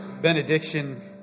benediction